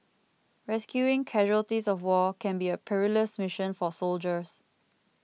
rescuing casualties of war can be a perilous mission for soldiers